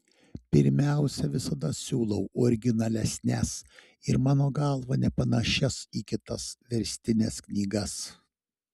pirmiausia visada siūlau originalesnes ir mano galva nepanašias į kitas verstines knygas